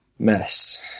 Mess